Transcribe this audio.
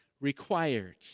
required